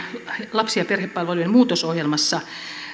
lapsi ja perhepalvelujen muutosohjelmassa